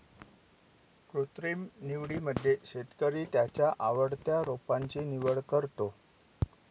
कृत्रिम निवडीमध्ये शेतकरी त्याच्या आवडत्या रोपांची निवड करतो